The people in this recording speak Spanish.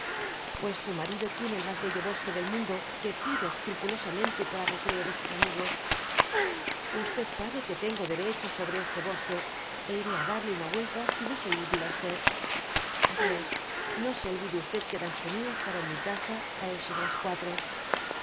pues su marido tiene el mas bello bosque del mundo que cuida escrupulosamente para recreo de sus amigos sabe que tengo derechos sobre este bosque é iré á darle una vuelta si no soy útil á a dios no se olvide que danceny estará en mi casa á eso délas quatro